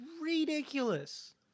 ridiculous